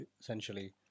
essentially